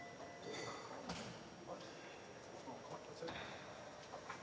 Tak